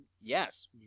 Yes